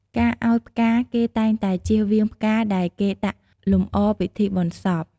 ការឱ្យផ្កាគេតែងតែជៀសវាងផ្កាដែលគេដាក់លំអពិធីបុណ្យសព។